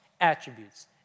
attributes